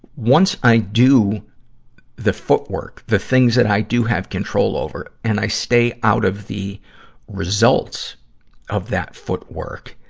once i do the footwork, the things that i do have control over, and i stay out of the results of that footwork,